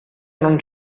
non